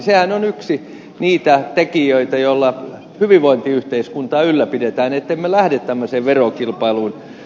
sehän on yksi niitä tekijöitä joilla hyvinvointiyhteiskuntaa ylläpidetään ettemme lähde tämmöiseen verokilpailuun